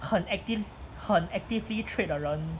很 active 很 actively trade 的人